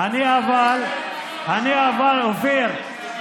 אבל אופיר,